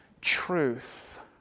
truth